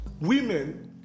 Women